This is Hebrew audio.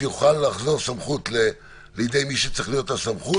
שתוכל לחזור סמכות לידי מי שצריכה להיות לה סמכות,